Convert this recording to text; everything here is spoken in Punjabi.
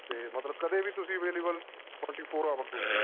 ਅਤੇ ਮਤਲਬ ਕਦੇ ਵੀ ਤੁਸੀਂ ਅਵੇਲੇਬਲ ਟਵੈਂਟੀ ਫੋਰ ਆਵਰ ਤੋਂ